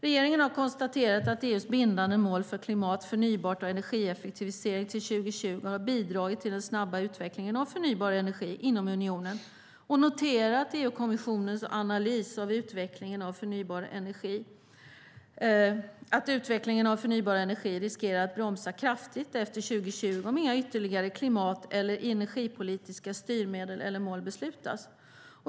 Regeringen har konstaterat att EU:s bindande mål för klimat, förnybart och energieffektivisering till 2020 har bidragit till den snabba utvecklingen av förnybar energi inom unionen. Regeringen har också noterat EU-kommissionens analys att utvecklingen av förnybar energi riskerar att bromsas kraftigt efter 2020 om inga ytterligare klimat eller energipolitiska styrmedel eller mål beslutas.